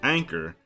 Anchor